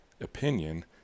opinion